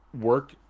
work